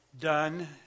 done